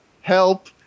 help